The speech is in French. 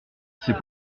c’est